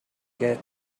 get